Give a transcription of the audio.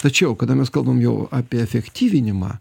tačiau kada mes kalbam jau apie efektyvinimą